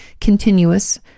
continuous